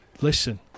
listen